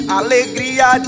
alegria